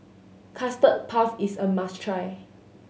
Custard Puff is a must try